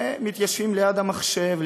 מתיישבים ליד המחשבים,